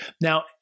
Now